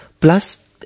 Plus